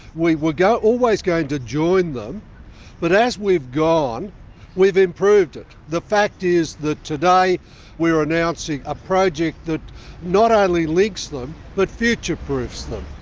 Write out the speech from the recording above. we were always going to join them but as we've gone we've improved it. the fact is that today we are announcing a project that not only links them but future-proofs them.